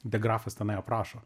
degrafas aprašo